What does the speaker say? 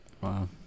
Wow